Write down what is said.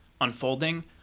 unfolding